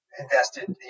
invested